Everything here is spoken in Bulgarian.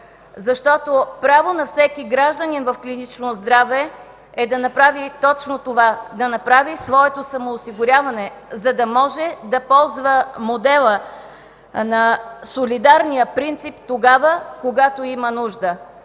Право на всеки гражданин в клинично здраве е да направи точно това – своето самоосигуряване, за да може да ползва модела на солидарния принцип тогава, когато има нужда.